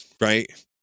right